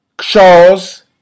charles